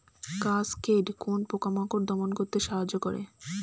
Cascade কোন পোকা মাকড় দমন করতে সাহায্য করে?